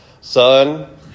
son